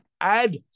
add